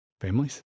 families